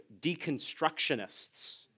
deconstructionists